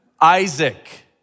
Isaac